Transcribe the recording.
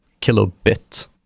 kilobit